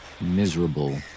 miserable